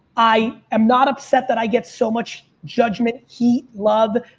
i am not upset that i get so much judgment, heat, love,